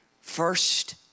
first